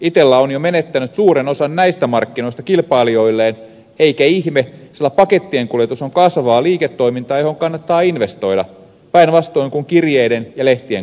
itella on jo menettänyt suuren osan näistä markkinoista kilpailijoilleen eikä ihme sillä pakettien kuljetus on kasvavaa liiketoimintaa johon kannattaa investoida päinvastoin kuin kirjeiden ja lehtien kuljettamiseen